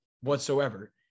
whatsoever